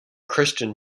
christian